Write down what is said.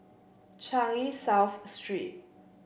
Changi South Street